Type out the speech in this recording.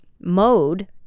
mode